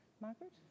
Margaret